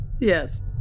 Yes